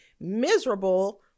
miserable